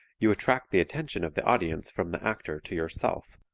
you attract the attention of the audience from the actor to yourself.